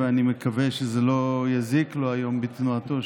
ואני מקווה שזה לא יזיק לו היום בתנועתו,